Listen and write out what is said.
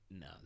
No